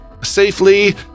safely